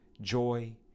joy